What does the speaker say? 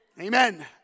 Amen